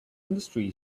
industry